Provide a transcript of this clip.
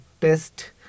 test